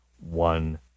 one